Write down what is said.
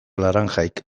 laranjarik